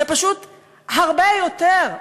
זה פשוט הרבה יותר,